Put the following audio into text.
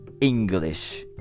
English